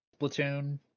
Splatoon